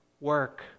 work